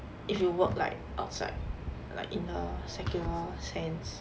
if you work like outside like in a secular sense